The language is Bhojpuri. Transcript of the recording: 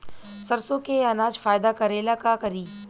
सरसो के अनाज फायदा करेला का करी?